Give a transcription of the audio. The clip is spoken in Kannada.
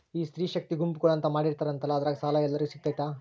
ಈ ಸ್ತ್ರೇ ಶಕ್ತಿ ಗುಂಪುಗಳು ಅಂತ ಮಾಡಿರ್ತಾರಂತಲ ಅದ್ರಾಗ ಸಾಲ ಎಲ್ಲರಿಗೂ ಸಿಗತೈತಾ?